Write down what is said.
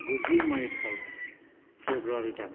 गुजि माइथाय फेब्रुआरी दान